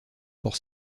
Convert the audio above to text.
pour